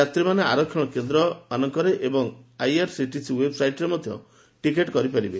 ଯାତ୍ରୀମାନେ ଆରକ୍ଷଣ କେନ୍ଦ୍ରମାନଙ୍କରେ ଏବଂ ଆଇଆର୍ସିଟିସି ଓ୍ୱେବ୍ସାଇଟ୍ରେ ମଧ୍ଧ ଟିକେଟ୍ କରିପାରିବେ